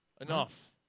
Enough